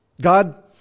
God